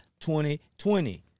2020